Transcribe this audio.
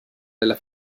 della